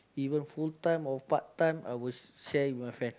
even full time or part time I would share with my friend